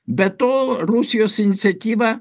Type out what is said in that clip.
be to rusijos iniciatyva